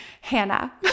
Hannah